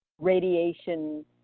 radiation